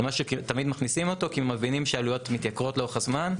זה משהו שתמיד מכניסים אותו כי מבינים שעלויות מתייקרות לאורך הזמן,